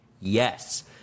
Yes